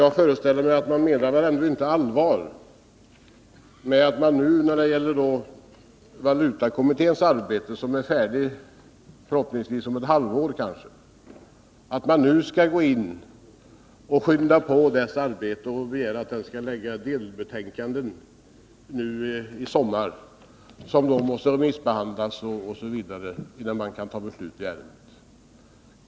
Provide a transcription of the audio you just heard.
Jag föreställer mig att reservanterna inte menar allvar med att man nu när det gäller valutakommitténs arbete, som förhoppningsvis är färdigt om ett halvår, skall gå in och skynda på detta och begära att kommittén skall lägga fram ett delbetänkande i sommar. Det måste också remissbehandlas m.m. innan man kan fatta beslut i ärendet.